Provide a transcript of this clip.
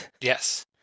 Yes